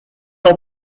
ans